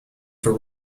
for